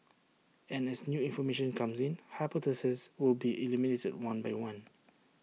and as new information comes in hypotheses will be eliminated one by one